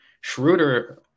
Schroeder